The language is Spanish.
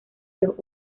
los